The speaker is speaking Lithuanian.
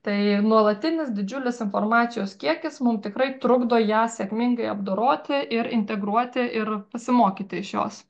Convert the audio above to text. tai nuolatinis didžiulis informacijos kiekis mum tikrai trukdo ją sėkmingai apdoroti ir integruoti ir pasimokyti iš jos